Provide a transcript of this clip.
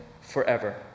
forever